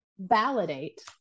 validate